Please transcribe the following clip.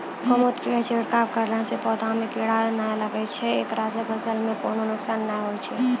गोमुत्र के छिड़काव करला से पौधा मे कीड़ा नैय लागै छै ऐकरा से फसल मे कोनो नुकसान नैय होय छै?